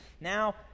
now